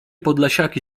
podlasiaki